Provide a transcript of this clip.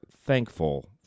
thankful